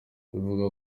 bivugwa